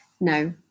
no